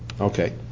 Okay